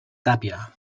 tàpia